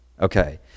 Okay